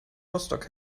rostock